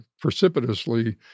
precipitously